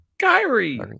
Kyrie